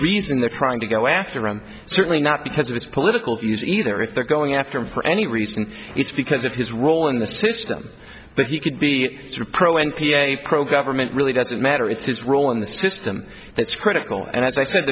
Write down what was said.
reason they're trying to go after him certainly not because of his political views either if they're going after him for any reason it's because of his role in the system but he could be pro n p a pro government really doesn't matter it's his role in the system that's critical and as i said